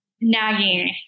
nagging